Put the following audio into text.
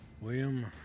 William